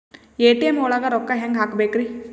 ATM ಒಳಗ್ ರೊಕ್ಕ ಹೆಂಗ್ ಹ್ಹಾಕ್ಬೇಕ್ರಿ?